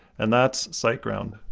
and that's siteground.